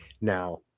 Now